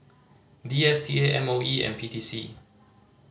D S T A M O E P T C